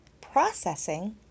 Processing